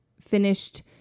finished